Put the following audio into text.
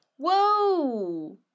Whoa